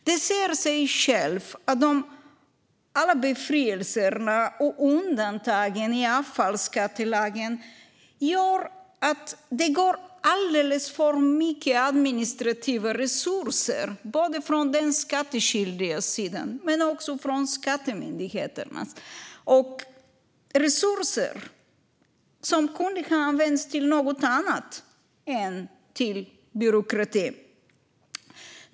Det säger sig självt att alla befrielser och undantag i avfallsskattelagen gör att det går åt alldeles för mycket administrativa resurser både från de skattskyldiga och från Skattemyndigheten. Det är resurser som kunde ha använts till något annat än byråkrati.